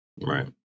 Right